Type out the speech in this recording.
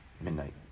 midnight